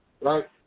Right